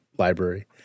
Library